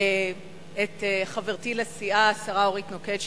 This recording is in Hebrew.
ואת חברתי לסיעה השרה אורית נוקד,